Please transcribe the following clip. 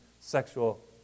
sexual